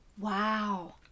Wow